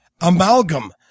amalgam